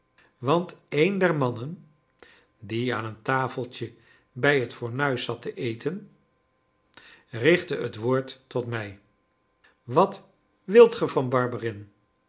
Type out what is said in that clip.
want een der mannen die aan een tafeltje bij het fornuis zat te eten richtte het woord tot mij wat